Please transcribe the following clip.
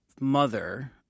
mother